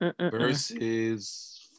versus